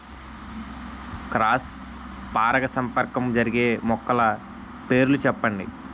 Cross పరాగసంపర్కం జరిగే మొక్కల పేర్లు చెప్పండి?